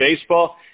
baseball